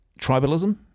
Tribalism